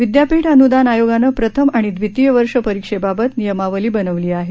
विद्यापीठ अन्दान आयोगानं प्रथम आणि द्वितीय वर्ष परीक्षेबाबत नियमावली बनवली आहे